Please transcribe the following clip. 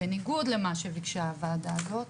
בניגוד למה שביקשה הוועדה הזאת,